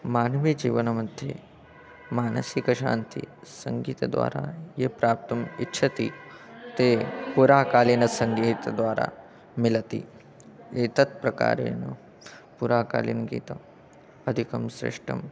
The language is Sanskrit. मानवीयजीवनमध्ये मानसिकशान्तिः सङ्गीतद्वारा ये प्राप्तुम् इच्छति ते पुराकालीनसङ्गीतद्वारा मिलति एतत् प्रकारेण पुराकालीनगीतम् अधिकं श्रेष्टम्